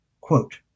quote